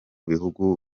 bihugu